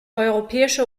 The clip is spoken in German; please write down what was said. europäische